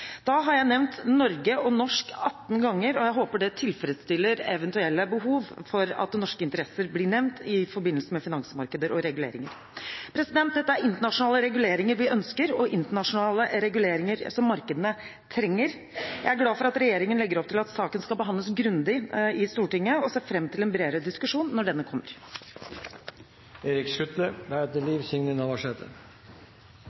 Da har jeg nevnt Norge og norsk 18 ganger, og jeg håper det tilfredsstiller eventuelle behov for at norske interesser blir nevnt i forbindelse med finansmarkeder og reguleringer. Dette er internasjonale reguleringer vi ønsker, og internasjonale reguleringer som markedene trenger. Jeg er glad for at regjeringen legger opp til at saken skal behandles grundig i Stortinget, og ser fram til en bredere diskusjon når denne kommer.